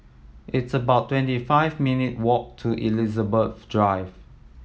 it's about twenty five minute walk to Elizabeth Drive